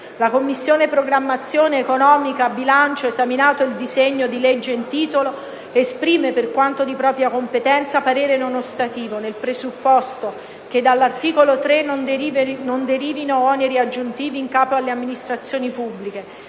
«La Commissione programmazione economica, bilancio, esaminato il disegno di legge in titolo, esprime, per quanto di propria competenza, parere non ostativo nel presupposto che: - dall'articolo 3 non derivino oneri aggiuntivi in capo alle amministrazioni pubbliche;